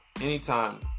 anytime